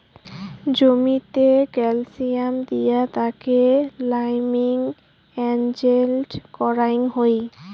জমিতে ক্যালসিয়াম দিয়া তাকে লাইমিং এজেন্ট করাং হই